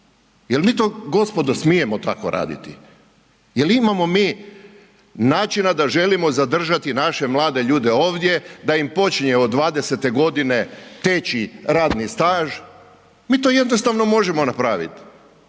Jel mi to gospodo smijemo tako raditi? Jel imamo mi načina da želimo zadržati naše mlade ovdje, da im počinje od 20-te godine teći radni staž, mi to jednostavno možemo napravit